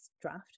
draft